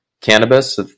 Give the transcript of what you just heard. cannabis